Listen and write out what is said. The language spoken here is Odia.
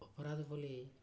ଅପରାଧ ବୋଲି